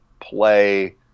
play